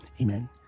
Amen